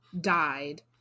died